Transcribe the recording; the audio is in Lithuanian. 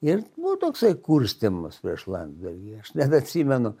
ir nu toksai kurstymas prieš landsbergį aš net atsimenu